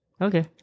Okay